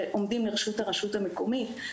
שעומדים לרשות הרשות המקומית,